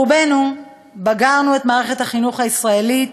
רובנו בגרנו את מערכת החינוך הישראלית,